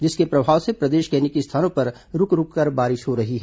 इसके प्रभाव से प्रदेश के अनेक स्थानों पर रूक रूककर बारिश हो रही है